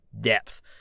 depth